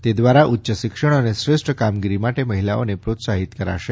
તે દ્વારા ઉચ્ચશિક્ષણ અને શ્રેષ્ઠ કામગીરી માટે મહિલાઓને પ્રોત્સાહીત કરાશે